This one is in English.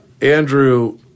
Andrew